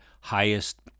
highest